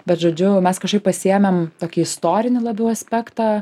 bet žodžiu mes kažkaip pasiėmėm tokį istorinį labiau aspektą